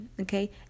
okay